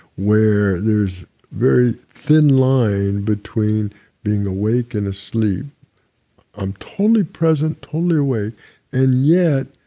where there's very thin line between being awake and asleep i'm totally present, totally awake, and yet,